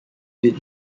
did